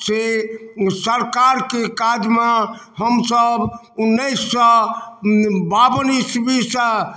से सरकार के काज मे हमसब उन्नीस सए बाबन इसवी सँ